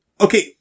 Okay